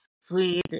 freed